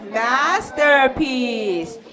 masterpiece